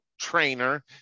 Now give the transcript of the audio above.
trainer